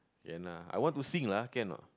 can lah I want to sing lah can or not